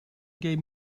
gave